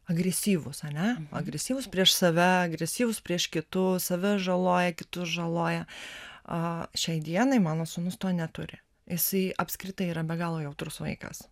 agresyvūs ane agresyvūs prieš save agresyvūs prieš kitus save žaloja kitus žaloja a šiai dienai mano sūnus to neturi jisai apskritai yra be galo jautrus vaikas